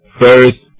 first